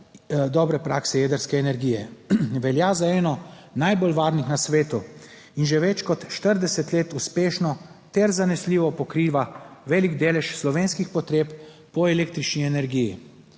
dobre prakse jedrske energije. Velja za eno najbolj varnih na svetu in že več kot 40 let uspešno ter zanesljivo pokriva velik delež slovenskih potreb po električni energiji.